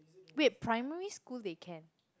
wait primary school they can